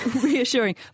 Reassuring